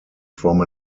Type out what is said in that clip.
from